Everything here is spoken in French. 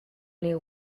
les